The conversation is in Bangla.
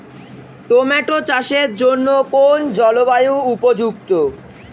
টোমাটো চাষের জন্য কোন জলবায়ু উপযুক্ত?